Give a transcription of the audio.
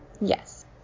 Yes